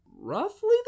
roughly